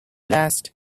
last